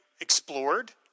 explored